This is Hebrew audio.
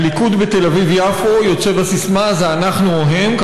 הליכוד בתל אביב-יפו יצא בסיסמה "זה אנחנו או הם",